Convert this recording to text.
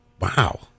wow